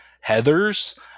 Heather's